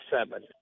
seven